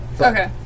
Okay